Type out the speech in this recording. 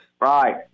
Right